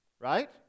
right